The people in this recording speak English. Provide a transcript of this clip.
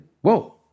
whoa